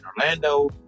Orlando